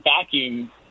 vacuum